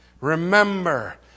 Remember